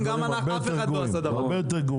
אף אחד לא עשה דבר כזה.